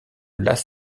las